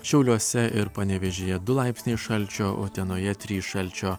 šiauliuose ir panevėžyje du laipsniai šalčio utenoje trys šalčio